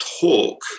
talk